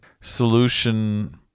solution